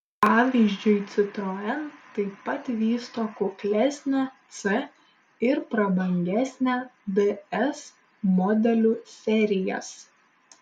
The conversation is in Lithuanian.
pavyzdžiui citroen taip pat vysto kuklesnę c ir prabangesnę ds modelių serijas